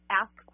ask